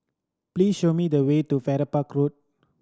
please show me the way to Farrer Park Road